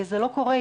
זה לא קורה.